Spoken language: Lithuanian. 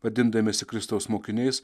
vadindamiesi kristaus mokiniais